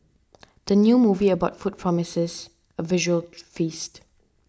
the new movie about food promises a visual feast